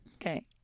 Okay